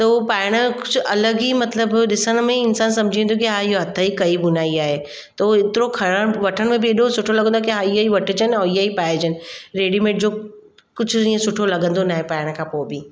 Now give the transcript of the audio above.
त उहो पाइण जो कुझु अलॻि ई मतिलबु ॾिसण में ई इंसानु समुझी वेंदो आहे की इहा हथ जी कई बुनाई आहे त उहो एतिरो खणणु वठण में बि हेॾो सुठो लॻंदो आहे की हा इहे ई वठिजनि ऐं इहे ई पाइजनि रेडीमेड जो कुझु इअं सुठो लॻंदो न आहे पाइण खां पोइ बि